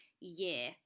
year